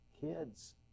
kids